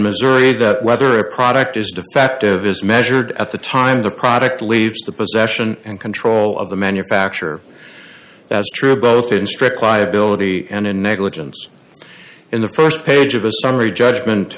missouri that whether a product is defective is measured at the time the product leaves the possession and control of the manufacture as true both in strict liability and in negligence in the st page of a summary judgment